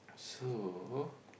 so